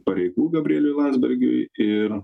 pareigų gabrieliui landsbergiui ir